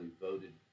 voted